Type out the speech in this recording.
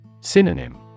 Synonym